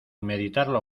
meditarlo